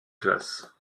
classe